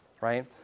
right